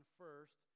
first